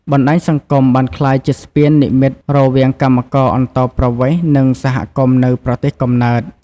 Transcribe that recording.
បណ្តាញសង្គមបានក្លាយជាស្ពាននិម្មិតរវាងកម្មករអន្តោប្រវេស៍ និងសហគមន៍នៅប្រទេសកំណើត។